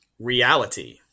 Reality